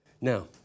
Now